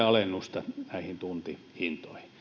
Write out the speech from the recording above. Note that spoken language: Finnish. alennusta tuntihintoihin